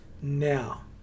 now